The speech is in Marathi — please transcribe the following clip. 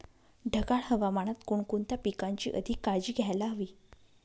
ढगाळ हवामानात कोणकोणत्या पिकांची अधिक काळजी घ्यायला हवी?